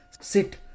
sit